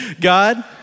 God